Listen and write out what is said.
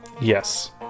Yes